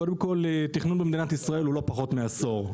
קודם כל, תכנון במדינת ישראל הוא לא פחות מעשור.